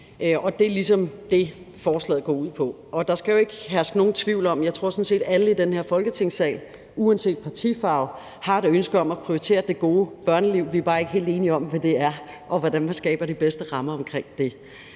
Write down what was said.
ligesom det, forslaget går ud på. Der skal jo ikke herske nogen tvivl om, at alle i den her Folketingssal uanset partifarve – tror jeg – har et ønske om at prioritere det gode børneliv, men vi er bare ikke helt enige om, hvad det er, og hvordan man skaber de bedste rammer omkring det.